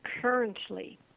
currently